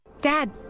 dad